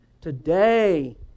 Today